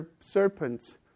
serpents